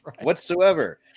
whatsoever